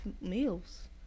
meals